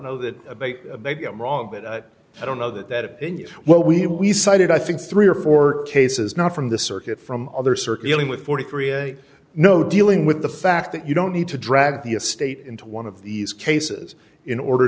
know that maybe i'm wrong but i don't know that that opinion well we had we cited i think three or four cases not from the circuit from other circularly with forty three a you know dealing with the fact that you don't need to drag the a state into one of these cases in order